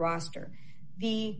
roster the